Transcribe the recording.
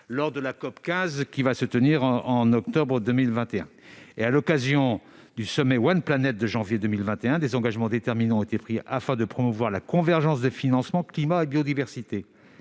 lors de la COP 15 d'octobre 2021. À l'occasion du sommet de janvier 2021, des engagements déterminants ont été pris afin de promouvoir la convergence des financements climat et biodiversité.